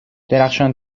درخشان